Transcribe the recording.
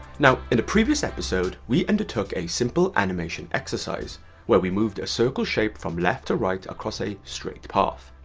now, in the previous episode, we undertook a simple animation exercise where we moved a circle shape from left to right across a straight path.